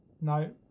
No